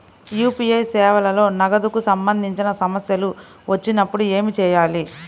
UPI సేవలలో నగదుకు సంబంధించిన సమస్యలు వచ్చినప్పుడు ఏమి చేయాలి?